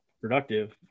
productive